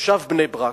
תושב בני-ברק,